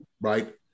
right